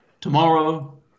Tomorrow